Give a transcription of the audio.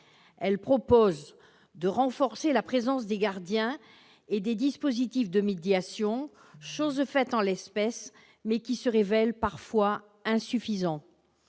Elles proposent de renforcer la présence des gardiens et des dispositifs de médiation, chose faite en l'occurrence, mais qui se révèle parfois insuffisante.